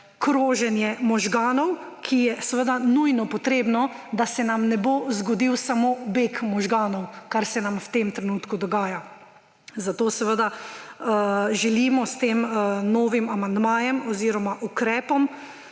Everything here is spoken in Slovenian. kroženje možganov, ki je seveda nujno potrebno, da se nam ne bo zgodil samo beg možganov, kar se nam v tem trenutku dogaja. Zato želimo s tem novim amandmajem oziroma ukrepom